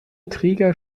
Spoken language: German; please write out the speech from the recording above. träger